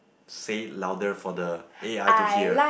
say it louder for the A_I to hear